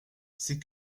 c’est